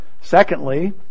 secondly